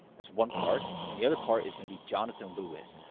that's one part. and the other part is going to be jonathan lewis,